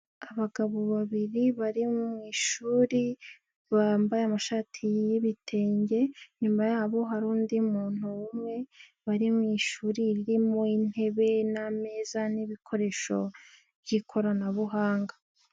Abagabo babiri bari mu ishuri bambaye amashati y'ibitenge, inyuma yabo hari undi muntu umwe, bari mu ishuri ririmo intebe n'ameza n'ibikoresho by'ikoranabuhanga.